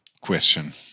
question